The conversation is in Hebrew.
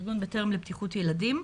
של ארגון בטרם לבטיחות ילדים,